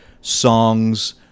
songs